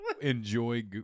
enjoy